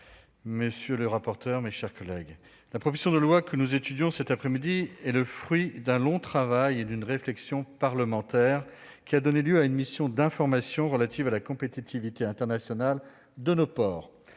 monsieur le ministre, mes chers collègues, la proposition de loi que nous étudions cet après-midi est le fruit d'un long travail, et d'une réflexion parlementaire qui a donné lieu à une mission d'information relative à la compétitivité internationale de nos ports.